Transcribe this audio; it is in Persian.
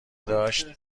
داشت